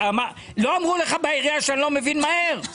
לא אמרו לך בעירייה שאני לא מבין מהר?